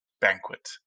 banquet